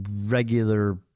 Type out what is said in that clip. regular